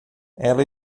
ela